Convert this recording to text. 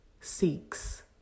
seeks